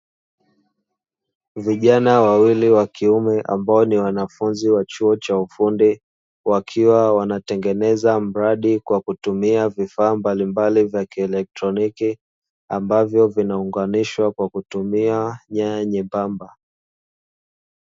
Vijana wawili wa kiume ambao ni wanafunzi wa chuo cha ufundi, wakiwa wanatengeneza mradi kwa kutumia vifaa mbalimbali vya kielektroniki, ambavyo vinaunganishwa kwa kutumia nyaya nyembamba.